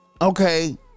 okay